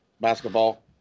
basketball